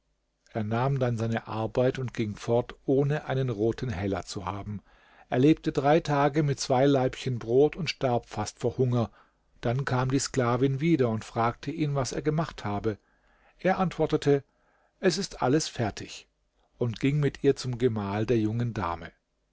er nahm dann seine arbeit und ging fort ohne einen roten heller zu haben er lebte drei tage mit zwei laibchen brot und starb fast vor hunger dann kam die sklavin wieder und frage ihn was er gemacht habe er antwortete es ist alles fertig und ging mit ihr zum gemahl der jungen dame